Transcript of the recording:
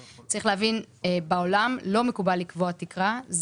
צריך להבין, בעולם לא מקובל לקבוע תקרה.